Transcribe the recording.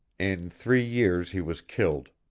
in three years he was killed.